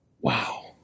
wow